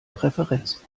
präferenz